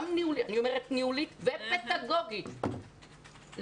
גם ניהולית ופדגוגית,